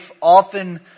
often